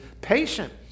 patient